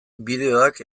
bideoak